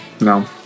No